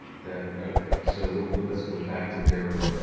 that okay, so let's go back to their.